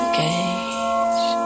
cage